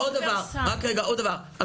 עוד דבר,